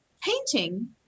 painting